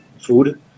food